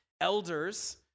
Elders